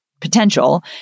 potential